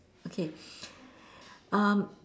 okay um